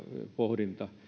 pohdinta